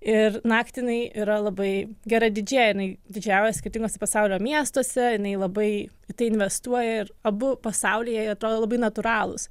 ir naktį jinai yra labai gera didžėja jinai didžėjauja skirtinguose pasaulio miestuose jinai labai tai investuoja ir abu pasauliai jai atrodo labai natūralūs